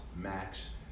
Max